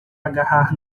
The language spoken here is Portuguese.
agarrar